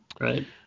Right